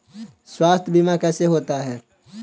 स्वास्थ्य बीमा कैसे होता है?